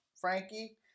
Frankie